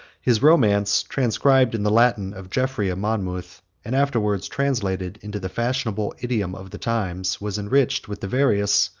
his romance, transcribed in the latin of jeffrey of monmouth, and afterwards translated into the fashionable idiom of the times, was enriched with the various,